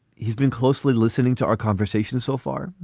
he's been closely listening to our conversation so far,